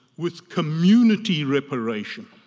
with community reparation.